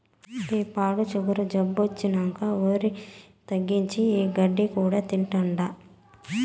ఈ పాడు సుగరు జబ్బొచ్చినంకా ఒరి తగ్గించి, ఈ గడ్డి కూడా తింటాండా